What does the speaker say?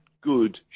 good